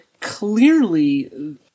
clearly